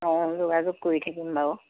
অঁ যোগাযোগ কৰি থাকিম বাৰু